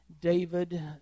David